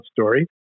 story